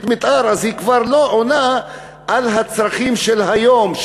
מתאר היא כבר לא עונה על הצרכים של היום,